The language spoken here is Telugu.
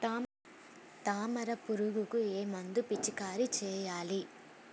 తామర పురుగుకు ఏ మందు పిచికారీ చేయాలి?